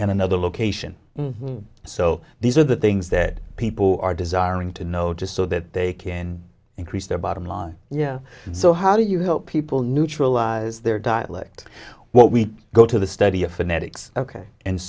in another location so these are the things that people are desiring to know just so that they can increase their bottom line yeah so how do you know people neutralize their dialect what we go to the study of phonetics ok and